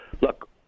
Look